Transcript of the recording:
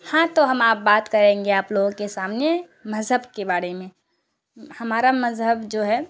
ہاں تو ہم اب بات کریں گے آپ لوگوں کے سامنے مذہب کے بارے میں ہمارا مذہب جو ہے